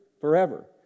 forever